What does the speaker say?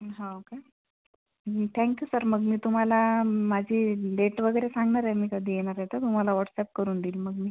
हाव काय मी thank you sir मग मी तुमाला माझी डेट वगेरे सांगनाराय मी कधी येनाराय तर तुमाला व्हॉट्सअॅप करून देईल मग मी